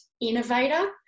innovator